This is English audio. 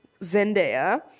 Zendaya